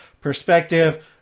perspective